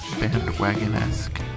bandwagon-esque